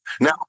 Now